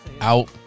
Out